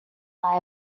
lie